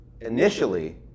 initially